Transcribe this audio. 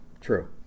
True